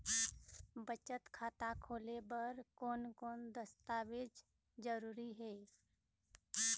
बचत खाता खोले बर कोन कोन दस्तावेज जरूरी हे?